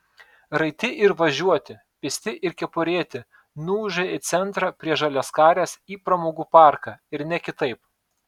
raiti ir važiuoti pėsti ir kepurėti nuūžė į centrą prie žaliaskarės į pramogų parką ir ne kitaip